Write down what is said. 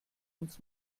uns